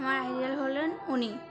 আমার আইডিয়াল হলেন উনি